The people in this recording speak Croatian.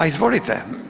A izvolite.